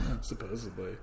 Supposedly